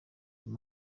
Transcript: uyu